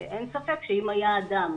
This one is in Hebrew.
אין ספק שאם היה אדם,